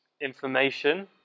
information